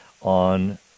on